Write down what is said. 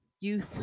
youth